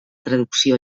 traducció